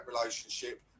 relationship